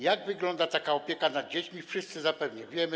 Jak wygląda taka opieka nad dziećmi, wszyscy zapewne wiemy.